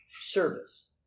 Service